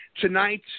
Tonight